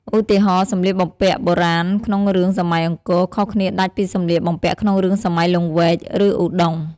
ឧទាហរណ៍ សម្លៀកបំពាក់បុរាណក្នុងរឿងសម័យអង្គរ ខុសគ្នាដាច់ពីសម្លៀកបំពាក់ក្នុងរឿងសម័យលង្វែក ឬឧដុង្គ ។